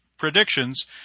predictions